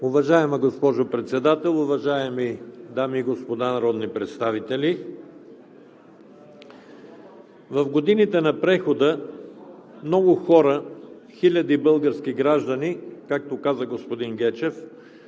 Уважаема госпожо Председател, уважаеми дами и господа народни представители! В годините на прехода много хора, хиляди български граждани, както каза господин Гечев,